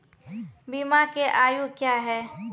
बीमा के आयु क्या हैं?